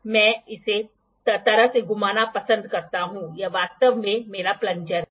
मैं इसे इस तरह से घुमाना पसंद करता हूं यह वास्तव में मेरा प्लंजर है